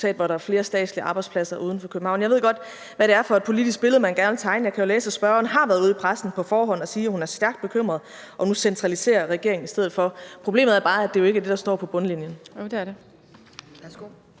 hvor der er flere statslige arbejdspladser uden for København. Jeg ved godt, hvad det er for et politisk billede, man gerne vil tegne. Jeg kan jo læse, at spørgeren har været ude i pressen på forhånd at sige, at hun er stærkt bekymret, og at nu centraliserer regeringen i stedet for. Problemet er bare, at det jo ikke er det, der står på bundlinjen.